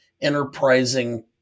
enterprising